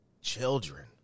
children